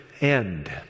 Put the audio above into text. end